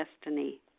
destiny